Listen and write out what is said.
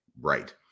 Right